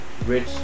Rich